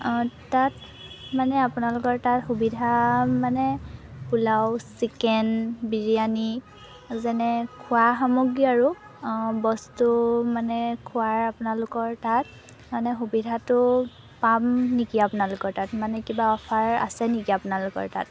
তাত মানে আপোনালোকৰ তাত সুবিধা মানে পোলাও চিকেন বিৰিয়ানী যেনে খোৱা সামগ্ৰী আৰু বস্তু মানে খোৱাৰ আপোনালোকৰ তাত মানে সুবিধাটো পাম নেকি আপোনালোকৰ তাত মানে কিবা অফাৰ আছে নেকি আপোনালোকৰ তাত